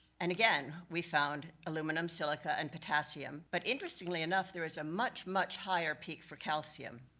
and again, we found aluminum, silica, and potassium. but interestingly enough, there is a much, much higher peak for calcium.